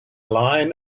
line